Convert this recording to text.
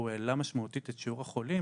הוא העלה משמעותית את שיעור החולים.